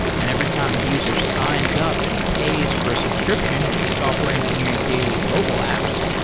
and every time a user signs up and pays for a subscription with the software engineering daily mobile apps,